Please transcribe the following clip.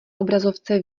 obrazovce